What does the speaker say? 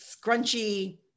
scrunchy